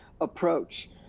approach